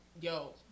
Yo